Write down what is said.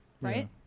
Right